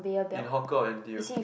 in hawker or N_T_U